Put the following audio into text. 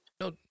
No